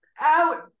out